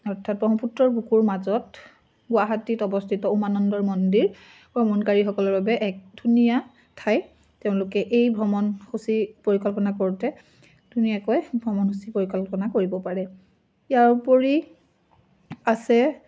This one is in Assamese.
অৰ্থাৎ ব্ৰহ্মপুত্ৰৰ বুকুৰ মাজত গুৱাহাটীত অৱস্থিত উমানন্দৰ মন্দিৰ ভ্ৰমণকাৰীসকলৰ বাবে এক ধুনীয়া ঠাই তেওঁলোকে এই ভ্ৰমণসূচী পৰিকল্পনা কৰোঁতে ধুনীয়াকৈ ভ্ৰমণসূচী পৰিকল্পনা কৰিব পাৰে ইয়াৰ উপৰি আছে